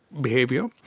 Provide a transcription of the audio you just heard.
behavior